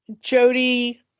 Jody